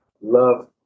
love